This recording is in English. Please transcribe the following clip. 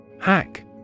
Hack